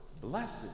Blessed